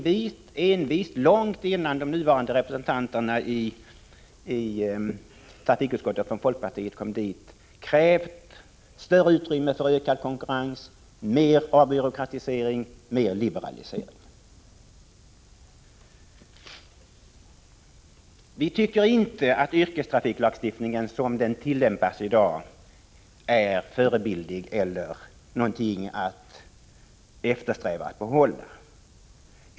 Vi har envist, långt innan de nuvarande representanterna från folkpartiet i trafikutskottet kom dit, krävt större utrymme för konkurrens, mer avbyråkratisering och mer liberalisering. Vi tycker inte att yrkestrafiklagstiftningen, som den tillämpas i dag, är förebildlig, någonting att sträva efter att behålla.